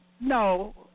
no